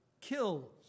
kills